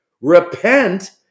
Repent